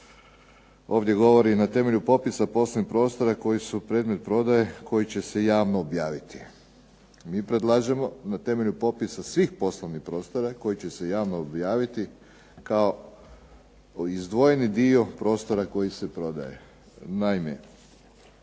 Ovdje govori na temelju popisa poslovnih prostora koji su predmet prodaje, koji će se javno objaviti. Mi predlažemo na temelju popisa svih poslovnih prostora koji će se javno objaviti kao izdvojeni dio prostora koji se prodaje.